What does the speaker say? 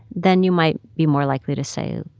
then you might be more likely to say,